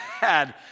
bad